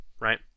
right